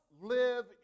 live